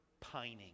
pining